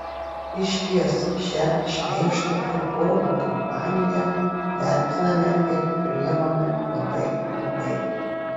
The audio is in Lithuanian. išties šią šmeižto ir purvo kampaniją vertiname ir priimame labai blogai